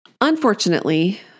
Unfortunately